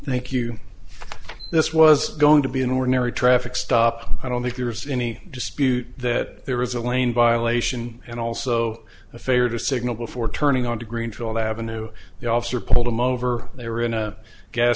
thank you this was going to be an ordinary traffic stop i don't think there's any dispute that there is a lane violation and also a fare to signal before turning on to greenfield avenue the officer pulled him over there in a gas